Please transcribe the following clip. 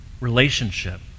relationship